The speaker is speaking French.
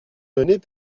données